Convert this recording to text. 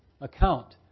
account